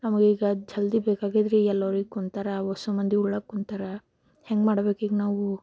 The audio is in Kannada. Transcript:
ನಮಗೆ ಈಗ ಜಲ್ದಿ ಬೇಕಾಗಿದೆರಿ ಎಲ್ಲರೀಗ ಕೂತಾರೆ ಅಷ್ಟೂ ಮಂದಿ ಉಣ್ಣೋಕ್ಕೆ ಕೂತಾರೆ ಹೆಂಗೆ ಮಾಡ್ಬೇಕು ಈಗ ನಾವು